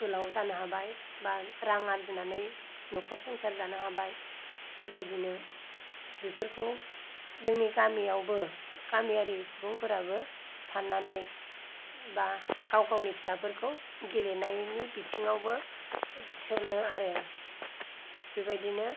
गोलाव जानो हाबाय बा रां आर्जिनानै न'खर संसार जानो हाबाय बेबायदिनो बेफोरखौ जोंनि गामियावबो गामियारि सुबुंफोराबो साननानै बा गाव गावनि फिसाफोरखौ गेलेनायनि बिथिंआवबो एटसनो आरो बेबायदिनो